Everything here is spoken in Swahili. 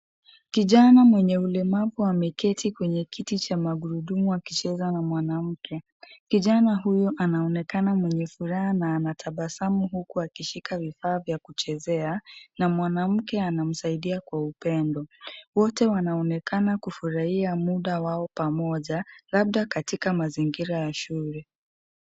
Kijana mwenye ulemavu ameketi kwenye kiti cha magurudumu akicheza na mwanamke. Kijana huyo anaonekana mwenye furaha na anatabasamu huku akishika vifaa vya kuchezea, na mwanamke anamsaidia kwa upendo. Wote wanaonekana kufurahia muda wao pamoja, labda katika mazingira ya shule.